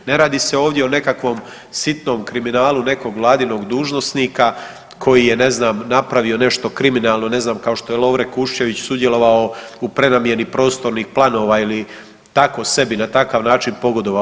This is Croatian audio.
Ne radi se ovdje o nekakvom sitnom kriminalu nekog vladinog dužnosnika koji je ne znam napravio nešto kriminalno ne znam kao što je Lovre Kuščević sudjelovao u prenamjeni prostornih planova ili tako sebi na takav način pogodovao.